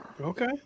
Okay